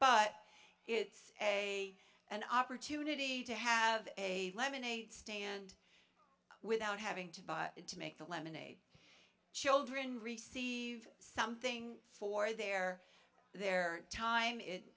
but it's a an opportunity to have a lemonade stand without having to buy it to make the lemonade children receive something for their their time i